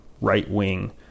right-wing